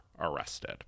arrested